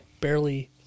barely